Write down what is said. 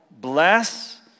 Bless